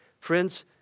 Friends